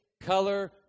color